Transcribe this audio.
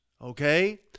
Okay